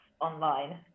online